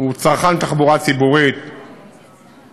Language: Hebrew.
הוא צרכן תחבורה ציבורית משובח,